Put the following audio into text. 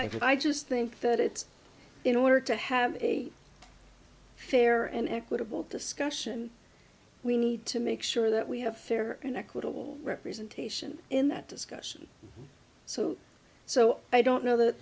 did i just think that it's in order to have a fair and equitable discussion we need to make sure that we have fair and equitable representation in that discussion so so i don't know that